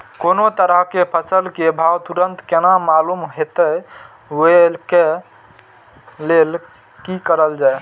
कोनो तरह के फसल के भाव तुरंत केना मालूम होते, वे के लेल की करल जाय?